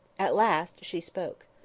at last she spoke.